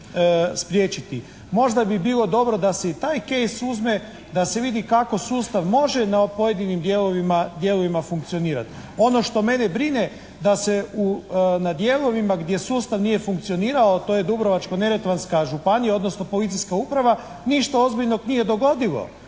Možda bi bilo dobro da se i taj case uzme da se vidi kako sustav može na pojedinim dijelovima funkcionirati. Ono što mene brine da se na dijelovima gdje sustav nije funkcionirao a to je Dubrovačko-neretvanska županija odnosno policijska uprava ništa ozbiljno nije dogodilo.